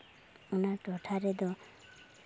ᱚᱱᱟ ᱴᱚᱴᱷᱟ ᱨᱮᱫᱚ